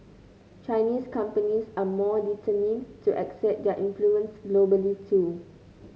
Chinese companies are more determined to exert their influence globally too